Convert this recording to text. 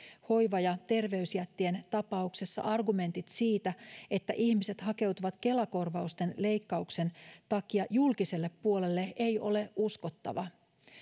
hoiva ja terveysjättien tapauksessa argumentit siitä että ihmiset hakeutuvat kela korvausten leikkauksen takia julkiselle puolelle ei ole uskottava